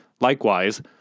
Likewise